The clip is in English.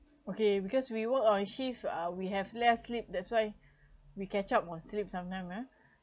okay because we work on shift uh we have less sleep that's why we catch up on sleep sometime ah